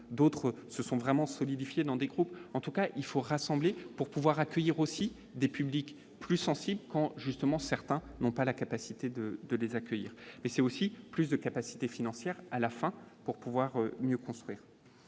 d'autres se sont vraiment solidifier dans des groupes en tout cas, il faut rassembler pour pouvoir accueillir aussi des publics plus sensible quand justement certains n'ont pas la capacité de de les accueillir, mais c'est aussi plus de capacité financière à la fin pour pouvoir mieux construire